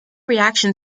reaction